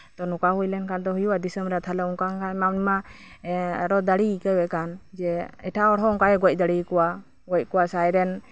ᱛᱳ ᱱᱚᱝᱠᱟ ᱦᱩᱭ ᱞᱮᱱᱠᱷᱟᱱ ᱫᱚ ᱦᱩᱭᱩᱜᱼᱟ ᱫᱤᱥᱚᱢᱨᱮ ᱛᱟᱦᱞᱮ ᱚᱱᱠᱟ ᱟᱭᱢᱟ ᱟᱭᱢᱟ ᱟᱨᱚ ᱫᱟᱲᱮ ᱟᱹᱭᱠᱟᱹᱜ ᱠᱟᱱ ᱮᱴᱟᱜ ᱦᱚᱲ ᱦᱚᱸ ᱚᱱᱠᱟᱭ ᱜᱚᱡ ᱫᱟᱲᱮ ᱟᱠᱚᱣᱟ ᱥᱮ ᱟᱡ ᱨᱮᱱ